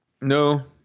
No